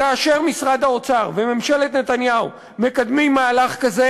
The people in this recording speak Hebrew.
כאשר משרד האוצר וממשלת נתניהו מקדמים מהלך כזה,